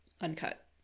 uncut